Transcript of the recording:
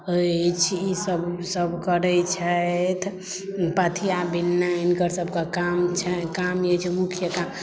अछि ईसभ सभ करै छथि पथिया बिननाइ हिनकर सभके काम छनि काम ई छै मुख्य काम